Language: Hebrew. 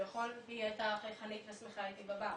כביכול היא הייתה חייכנית ושמחה איתי בבר.